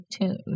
tune